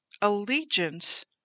allegiance